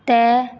ਤੈਅ